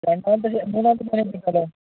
രണ്ടാമത്തെ ശനി മൂന്നാമത്തെ ശനിയാഴ്ച ഇട്ടാലോ